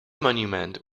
monument